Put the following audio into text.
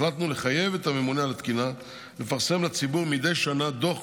החלטנו לחייב את הממונה על התקינה לפרסם לציבור מדי שנה דוח